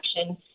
action